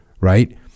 Right